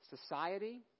Society